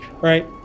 right